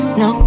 no